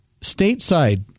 stateside